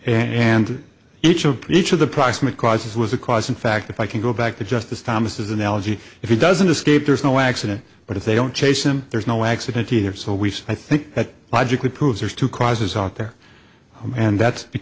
and each of preach of the proximate causes was a cause in fact if i can go back to justice thomas analogy if he doesn't escape there's no accident but if they don't chase him there's no accident here so we see i think that logically proves there's two causes out there and that